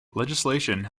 legislation